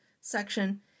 section